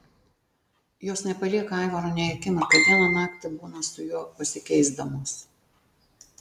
jos nepalieka aivaro nei akimirką dieną naktį būna su juo pasikeisdamos